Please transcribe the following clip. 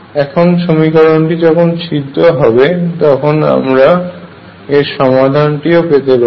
এখন সমীকরণটি যখন সিদ্ধ হবে তখন আমরা এর সমাধানটিও পেতে পারি